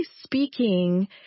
speaking